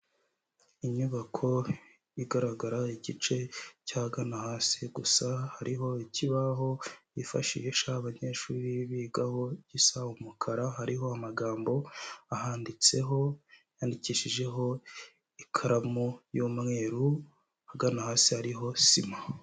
Inyubako igaragara igice cy'ahagana hasi gusa, hariho ikibaho bifashisha abanyeshuri bigaho gisa umukara, hariho amagambo ahanditseho yandikishijeho ikaramu y'umweru ahagana hasi hariho sima.